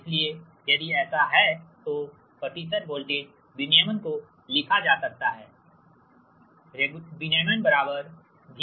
इसलिएयदि ऐसा हैतो यदि ऐसा है तो प्रतिशत वोल्टेज विनियमन को लिखा जा सकता है